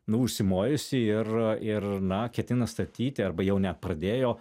nu užsimojusi ir ir na ketina statyti arba jau net pradėjo